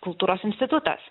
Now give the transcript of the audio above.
kultūros institutas